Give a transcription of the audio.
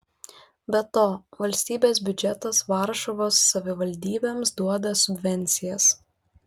be to valstybės biudžetas varšuvos savivaldybėms duoda subvencijas